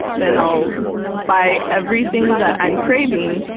then i'll buy everything that i'm craving,